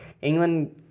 England